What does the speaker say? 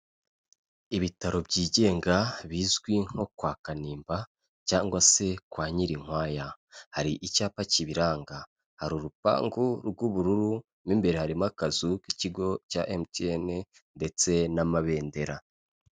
Ibitaro byigenga bizwi nko kwa Kanimba cyangwa se kwa Nyirinkwaya, hari icyapa kibiranga, hari urupangu rw'ubururu, mo imbere harimo akazu k'ikigo cya MTN ndetse n'amabendera.